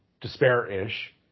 Despair-ish